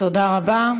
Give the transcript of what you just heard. תודה רבה.